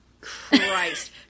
Christ